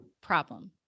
problem